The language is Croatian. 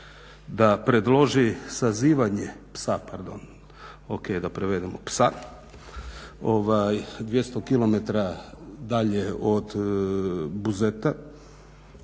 se ne razumije./… psa pardon, ok da prevedemo psa 200 km dalje od Buzeta.